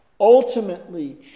Ultimately